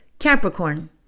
Capricorn